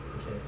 Okay